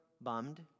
bummed